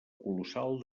colossal